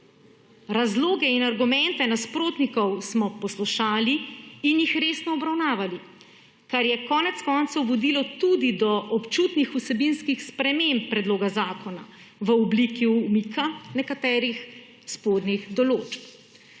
razloge in argumente nasprotnikov poslušali in jih resno obravnavali, kar je konec koncev vodilo tudi do občutnih vsebinskih sprememb predloga zakona v obliki umika nekaterih spornih določb.